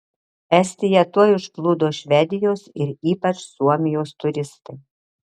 estiją tuoj užplūdo švedijos ir ypač suomijos turistai